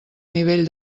nivell